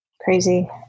Crazy